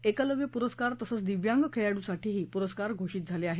एकलव्य पुरस्कार तसंच दिव्यांग खेळाडूसाठी पुरस्कारही घोषित झाले आहेत